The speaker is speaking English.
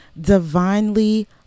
Divinely